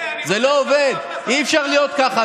אני לא רוצה, זה לא עובד, אי-אפשר להיות ככה.